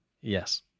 yes